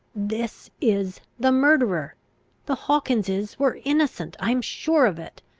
this is the murderer the hawkinses were innocent! i am sure of it!